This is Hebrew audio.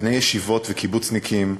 בני ישיבות וקיבוצניקים,